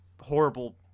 horrible